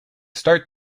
start